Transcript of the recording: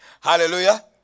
Hallelujah